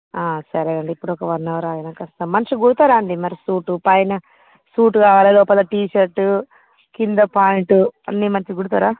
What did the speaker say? సరే అండి ఇప్పుడు ఒక వన్ అవర్ ఆగాక వస్తామండి మంచిగా కుడుతారా అండి మరి సూటు పైన సూటు కావాలి పైన టీ షర్ట్ కింద ప్యాంట్ అన్నీ మంచిగా కుడుతారా